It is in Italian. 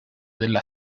della